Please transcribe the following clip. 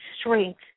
strength